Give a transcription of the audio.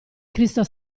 cristo